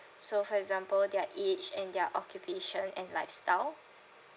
so for example their age and their occupation and lifestyle